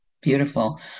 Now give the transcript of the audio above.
Beautiful